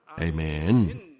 Amen